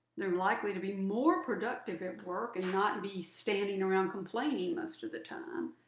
they're likely to be more productive at work and not be standing around complaining most of the time.